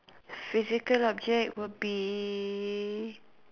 physical object will be